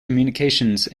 communications